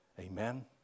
Amen